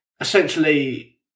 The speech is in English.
essentially